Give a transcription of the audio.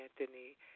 Anthony